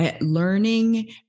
learning